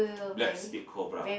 black spit cobra